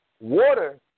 water